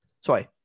sorry